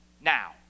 Now